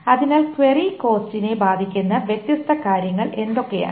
അതിനാൽ ക്വയറി കോസ്റ്റിനെ ബാധിക്കുന്ന വ്യത്യസ്ത കാര്യങ്ങൾ എന്തൊക്കെയാണ്